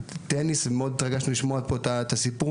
טניס מאוד התרגשנו לשמוע פה את הסיפור